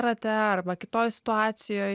rate arba kitoj situacijoj